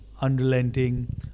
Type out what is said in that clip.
unrelenting